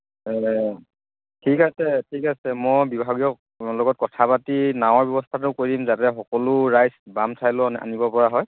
ঠিক আছে ঠিক আছে মই বিভাগীয় লগত কথা পাতি নাৱৰ ব্যৱস্থাটো কৰি দিম যাতে সকলো ৰাইজ বাম ঠাইলৈ অনা আনিবপৰা হয়